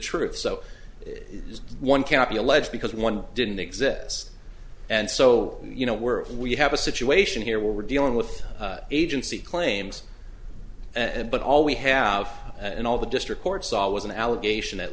truth so it is one cannot be alleged because one didn't exist and so you know we're we have a situation here where we're dealing with agency claims and but all we have and all the district court saw was an allegation that